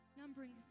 Numbering